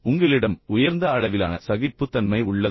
உங்களிடம் உயர்ந்த அளவிலான சகிப்புத்தன்மை உள்ளதா